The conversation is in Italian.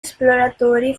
esploratori